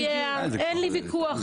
אין לי ויכוח.